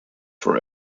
for